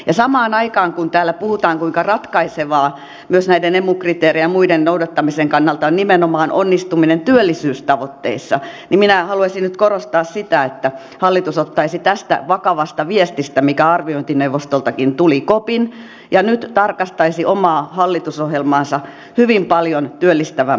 ja samaan aikaan kun täällä puhutaan kuinka ratkaisevaa myös näiden emu kriteerien ja muiden noudattamisen kannalta on nimenomaan onnistuminen työllisyystavoitteissa niin minä haluaisin nyt korostaa sitä että hallitus ottaisi tästä vakavasta viestistä mikä arviointineuvostoltakin tuli kopin ja nyt tarkastaisi omaa hallitusohjelmaansa hyvin paljon työllistävämpään suuntaan